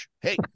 Hey